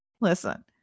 listen